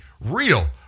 real